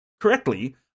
Correctly